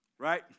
Right